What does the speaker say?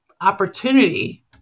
opportunity